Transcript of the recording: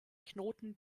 knoten